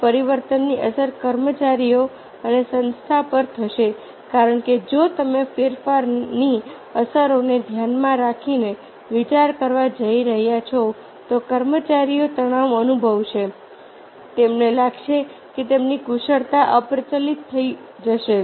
અને પરિવર્તનની અસર કર્મચારીઓ અને સંસ્થાઓ પર થશે કારણ કે જો તમે ફેરફારની અસરોને ધ્યાનમાં રાખીને વિચાર કરવા જઈ રહ્યા છો તો કર્મચારીઓ તણાવ અનુભવશે તેમને લાગશે કે તેમની કુશળતા અપ્રચલિત થઈ જશે